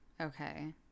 Okay